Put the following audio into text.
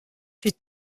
plus